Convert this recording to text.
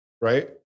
Right